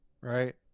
right